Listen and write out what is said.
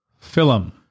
film